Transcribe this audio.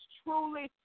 truly